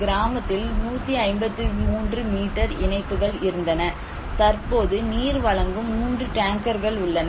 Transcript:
கிராமத்தில் 153 மீட்டர் இணைப்புகள் இருந்தன தற்போது நீர் வழங்கும் மூன்று டேங்கர்கள் உள்ளன